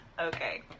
Okay